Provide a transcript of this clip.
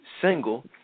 single